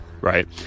right